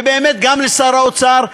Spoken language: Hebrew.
וגם לשר האוצר,